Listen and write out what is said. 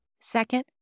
Second